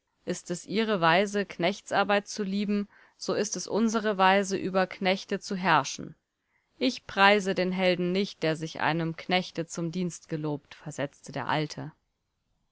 ist es ihre weise knechtesarbeit zu lieben so ist unsere weise über knechte zu herrschen ich preise den helden nicht der sich einem knechte zum dienst gelobt versetzte der alte